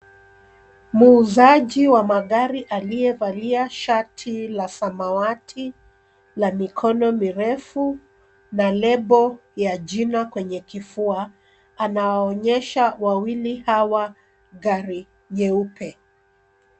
Muuzaji wa magari aliyevalia shati la samawati la mikono mirefu na lebo ya jina kwenye kifua, anaonyesha wawili hawa gari nyeupe.